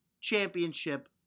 championship